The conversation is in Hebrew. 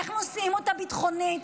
איך נושאים אותה ביטחונית,